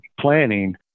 planning